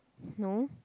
no